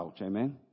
Amen